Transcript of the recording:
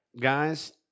guys